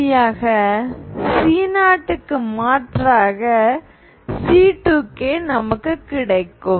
இறுதியாக C0 மாற்றாக C2k நமக்கு கிடைக்கும்